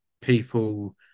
people